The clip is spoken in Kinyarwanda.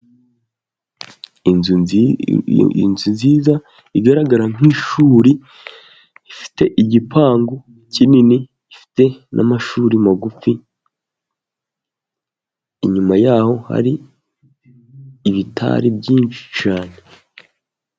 Inzu nziza igaragara nk'ishuri ifite igipangu kinini, gifite n'amashuri magufi, inyuma yaho hari ibitari byinshi cyane.